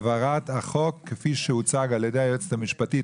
ההצבעה עכשיו היא על הצעת החוק כפי שהוצג על ידי היועצת המשפטית,